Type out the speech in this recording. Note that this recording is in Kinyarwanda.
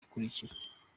ikurikira